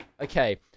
Okay